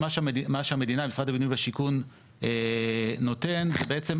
מה שמשרד הבינוי והשיכון נותן זה בעצם